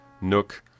Nook